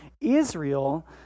Israel